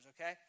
okay